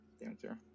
answer